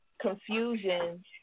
confusion